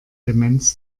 demenz